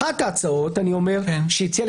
אחת ההצעות שהציע,